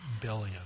billion